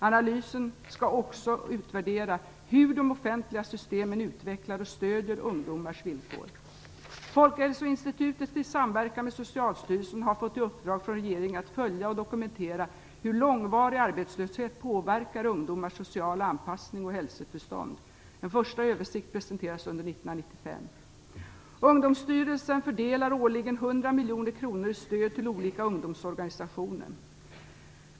Analysen skall också utvärdera hur de offentliga systemen utvecklar och stöder ungdomars villkor. Folkhälsoinstitutet i samverkan med Socialstyrelsen har fått i uppdrag från regeringen att följa och dokumentera hur långvarig arbetslöshet påverkar ungdomars sociala anpassning och hälsotillstånd. En första översikt presenteras under 1995. Ungdomsstyrelsen fördelar årligen 100 miljoner kronor i stöd till olika ungdomsorganisationer.